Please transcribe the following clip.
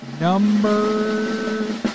Number